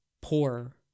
poor